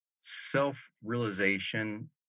Self-realization